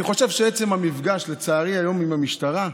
אני חושב שהיום עצם המפגש, לצערי, עם המשטרה,